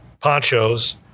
Poncho's